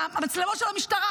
אלה המצלמות של המשטרה,